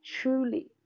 truly